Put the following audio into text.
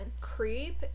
Creep